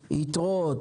יתרות,